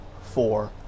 four